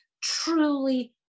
truly